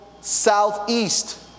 southeast